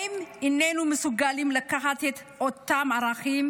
האם איננו מסוגלים לקחת את אותם הערכים